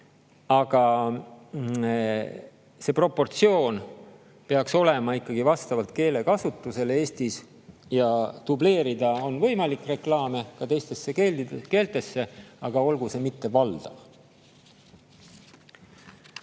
Aga see proportsioon peaks olema ikkagi vastavalt keelekasutusele Eestis. Dubleerida on võimalik reklaame ka teistesse keeltesse, aga ärgu olgu see valdav.